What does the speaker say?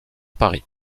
paris